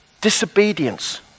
disobedience